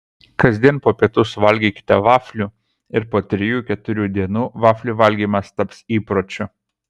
kasdien po pietų suvalgykite vaflių ir po trijų keturių dienų vaflių valgymas taps įpročiu